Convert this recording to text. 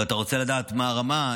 ואתה רוצה לדעת מה הרמה,